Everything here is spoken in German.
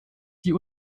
die